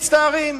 מצטערים,